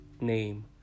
name